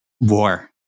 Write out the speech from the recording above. war